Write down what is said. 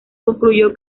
concluyó